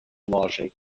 logic